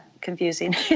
confusing